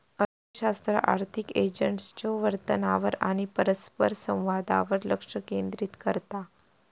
अर्थशास्त्र आर्थिक एजंट्सच्यो वर्तनावर आणि परस्परसंवादावर लक्ष केंद्रित करता